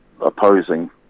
opposing